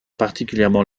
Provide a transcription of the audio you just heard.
particulièrement